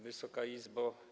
Wysoka Izbo!